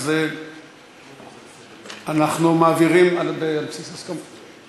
אז אנחנו מעבירים על בסיס הסכמה.